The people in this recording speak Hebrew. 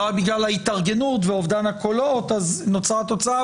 והיה בגלל ההתארגנות והאובדן הקולות אז נוצרה התוצאה,